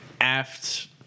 aft